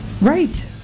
Right